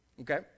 okay